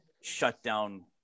shutdown